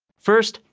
first,